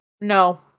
No